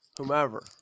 whomever